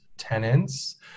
Tenants